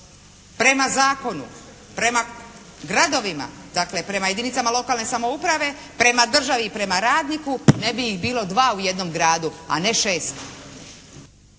prema zakonu, prema gradovima, dakle prema jedinicama lokalne samouprave, prema državi i prema radniku ne bi ih bilo dva u jednom gradu a ne šest.